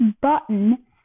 button